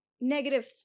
negative